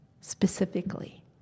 specifically